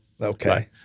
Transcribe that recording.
okay